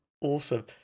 awesome